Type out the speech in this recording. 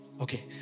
Okay